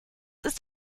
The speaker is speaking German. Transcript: ist